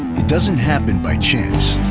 it doesn't happen by chance.